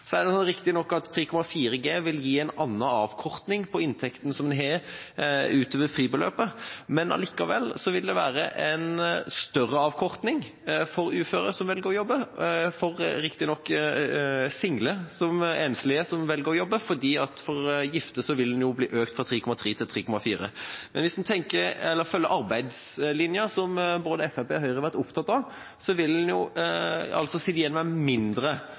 så at det slo feil ut. Det er riktig at 3,4 G vil gi en annen avkortning på inntekten som en har utover fribeløpet, men det vil allikevel være en større avkortning for uføre som velger å jobbe, riktignok for enslige som velger å jobbe, fordi for gifte vil den jo bli økt fra 3,3 G til 3,4 G. Men hvis en følger arbeidslinja, som både Fremskrittspartiet og Høyre har vært opptatt av, vil en jo sitte igjen med mindre